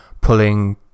pulling